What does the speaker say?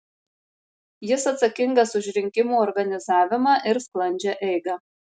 jis atsakingas už rinkimų organizavimą ir sklandžią eigą